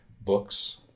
books